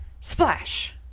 Splash